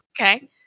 Okay